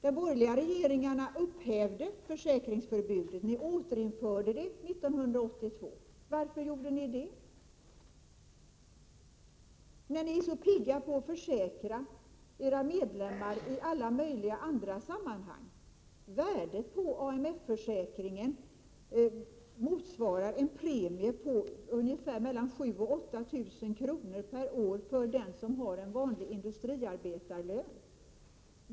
De borgerliga regeringarna upphävde försäkringsförbudet, men ni återinförde det 1982. Varför gjorde ni det? Ni är så pigga på att försäkra era medlemmar i alla möjliga andra sammanhang. Värdet av en AMF-försäkring motsvarar en premie på ungefär 7 000—8 000 kr. per år för den som har en vanlig industriarbetarlön.